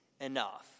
enough